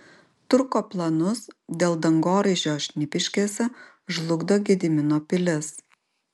turko planus dėl dangoraižio šnipiškėse žlugdo gedimino pilis